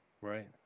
Right